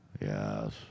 Yes